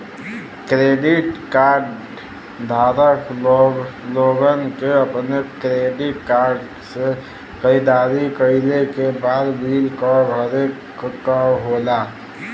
credit card धारक लोगन के अपने क्रेडिट कार्ड से खरीदारी कइले के बाद बिल क भरे क होला